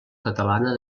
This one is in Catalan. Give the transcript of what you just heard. catalana